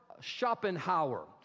Schopenhauer